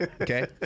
okay